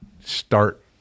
start